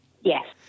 Yes